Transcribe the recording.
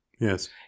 Yes